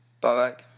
Bye-bye